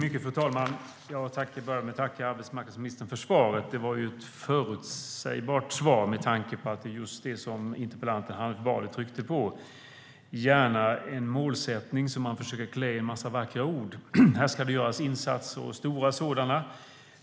Fru talman! Jag vill börja med att tacka arbetsmarknadsministern för svaret. Det var ett förutsägbart svar, med tanke på det som interpellanten Hanif Bali tryckte på. Man vill gärna ha en målsättning som man försöker klä i en massa vackra ord. Här ska det göras insatser, och stora sådana!